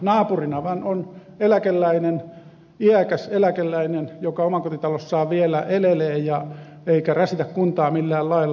naapurina vaan on iäkäs eläkeläinen joka omakotitalossaan vielä elelee eikä rasita kuntaa millään lailla